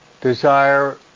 desire